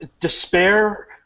Despair